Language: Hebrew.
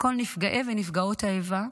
לכל נפגעי ונפגעות האיבה,